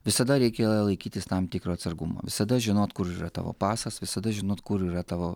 visada reikia laikytis tam tikro atsargumo visada žinot kur yra tavo pasas visada žinot kur yra tavo